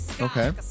Okay